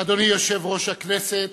אדוני יושב-ראש הכנסת